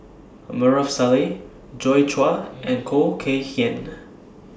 Maarof Salleh Joi Chua and Khoo Kay Hian